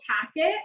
packet